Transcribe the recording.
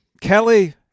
Kelly